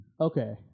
okay